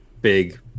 big